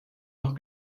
noch